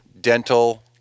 dental